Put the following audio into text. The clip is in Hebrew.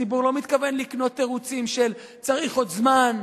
הציבור לא מתכוון לקנות תירוצים של "צריך עוד זמן,